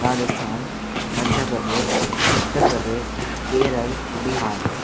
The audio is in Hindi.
राजस्थान मध्य प्रदेश उत्तर प्रदेश केरल बिहार